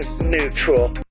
neutral